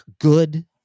good